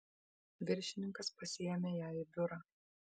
viršininkas pasiėmė ją į biurą